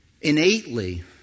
innately